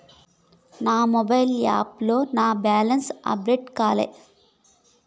నా మొబైల్ యాప్లో నా బ్యాలెన్స్ అప్డేట్ కాలే